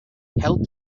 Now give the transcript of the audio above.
help